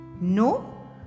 No